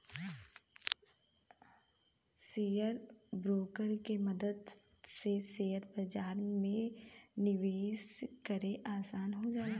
share broker के मदद से शेयर बाजार में निवेश करे आसान हो जाला